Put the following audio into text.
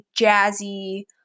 jazzy